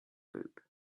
group